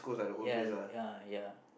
ya ya ya